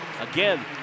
Again